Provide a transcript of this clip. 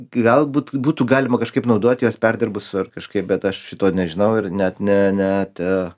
galbūt būtų galima kažkaip naudot juos perdirbus ar kažkaip bet aš šito nežinau ir net ne ne ta